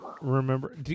remember